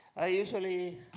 i usually